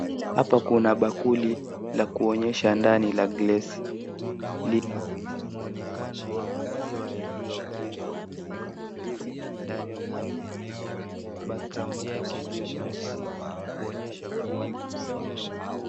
Hapa kuna bakuli la kuonyesha ndani la glesi lina mwonekano wa maziwa yaliyoganda meupe ndani hapo background yake ni nyeusi kuonyesha kuwa ni usiku.